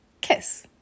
Kiss